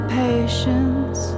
patience